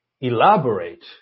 elaborate